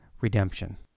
redemption